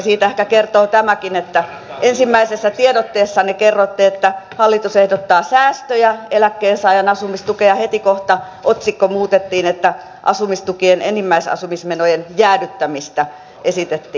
siitä ehkä kertoo tämäkin että ensimmäisessä tiedotteessanne kerroitte että hallitus ehdottaa säästöjä eläkkeensaajan asumistukeen ja heti kohta otsikko muutettiin että asumistukien enimmäisasumismenojen jäädyttämistä esitettiin